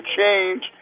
change